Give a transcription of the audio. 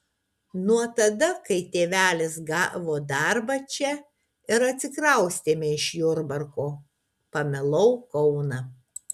nuo tada kai tėvelis gavo darbą čia ir atsikraustėme iš jurbarko pamilau kauną